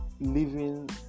living